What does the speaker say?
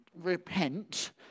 repent